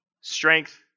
Strength